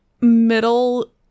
middle